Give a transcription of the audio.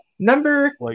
Number